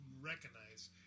recognize